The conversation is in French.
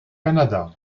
canada